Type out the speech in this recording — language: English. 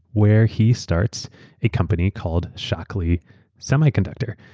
where he starts a company called shockley semiconductor.